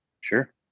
Sure